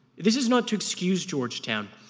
this is not to excuse georgetown,